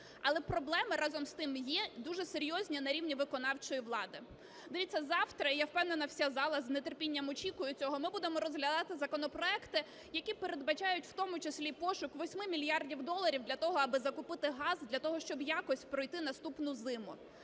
Але проблеми разом з тим є, дуже серйозні, на рівні виконавчої влади. Дивіться, завтра і я впевнена, вся зала з нетерпінням очікує цього, ми будемо розглядати законопроекти, які передбачають в тому числі і пошук 8 мільярдів доларів для того, аби закупити газ, для того, щоб якось пройти наступну зиму.